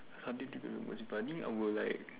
something differently from most people I think I will like